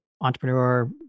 entrepreneur